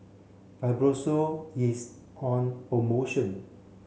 Fibrosol is on promotion